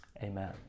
Amen